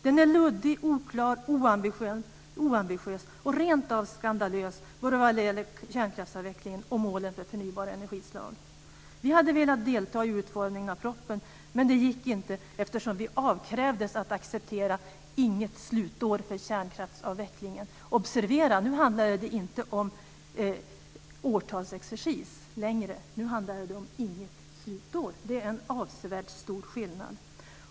Den är luddig, oklar, oambitiös och rentav skandalös både vad gäller kärnkraftsavvecklingen och målen för förnybara energislag. Vi hade velat delta i utformningen av propositionen, men det gick inte eftersom vi avkrävdes att acceptera att det inte skulle finnas något slutår för kärnkraftsavvecklingen. Observera att det nu inte handlar om årtalsexercis längre. Nu handlar det om "inget slutår". Det är en avsevärd skillnad.